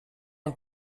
een